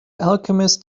alchemist